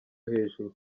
hejuru